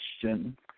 question